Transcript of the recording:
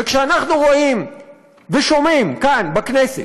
וכשאנחנו רואים ושומעים כאן בכנסת,